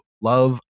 love